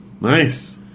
Nice